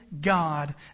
God